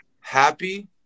happy